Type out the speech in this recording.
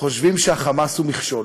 חושבים שה"חמאס" הוא מכשול,